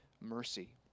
mercy